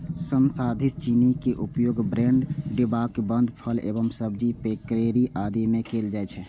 संसाधित चीनी के उपयोग ब्रेड, डिब्बाबंद फल एवं सब्जी, पेय, केंडी आदि मे कैल जाइ छै